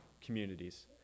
communities